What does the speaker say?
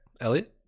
Elliot